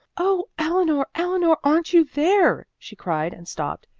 oh, eleanor, eleanor, aren't you there? she cried and stopped,